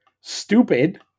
Stupid